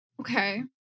Okay